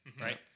right